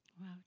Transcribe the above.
Wow